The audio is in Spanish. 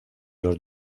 los